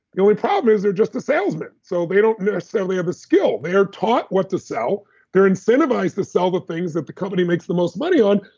the only problem is they're just a salesman, so they don't necessarily have the skill. they are taught what to sell they're incentivized to sell the things that the company makes the most money on.